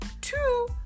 two